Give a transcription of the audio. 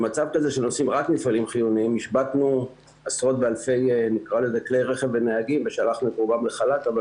במצב כזה השבתנו עשרות ואלפי כלי רכב ונהגים ושלחנו את רובם לחל"ת אבל